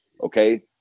okay